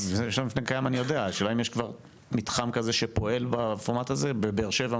כבר מתחם כזה שפועל בפורמט הזה?